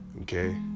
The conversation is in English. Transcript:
Okay